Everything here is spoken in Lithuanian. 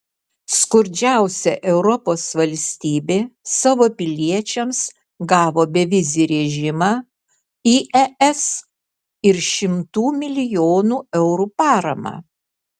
skurdžiausia europos valstybė savo piliečiams gavo bevizį režimą į es ir šimtų milijonų eurų paramą